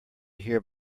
hear